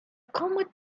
comet